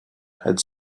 had